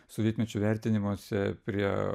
sovietmečiu vertinimuose prie